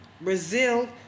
Brazil